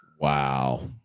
Wow